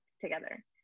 together